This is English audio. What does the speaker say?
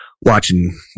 watching